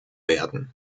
werden